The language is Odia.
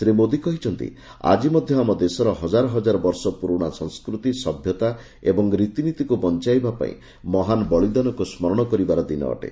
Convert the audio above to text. ଶ୍ରୀ ମୋଦି କହିଛନ୍ତି ଆକି ମଧ୍ୟ ଆମ ଦେଶର ହଜାରହଜାର ବର୍ଷ ପୁରୁଣା ସଂସ୍କୃତି ସଭ୍ୟତା ଏବଂ ରୀତିନୀତିକୁ ବଞ୍ଚାଇବା ପାଇଁ ମହାନ୍ ବଳିଦାନକୁ ସ୍କରଣ କରିବାର ଦିନ ଅଟେ